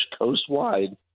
coastwide